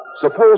Suppose